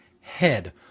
head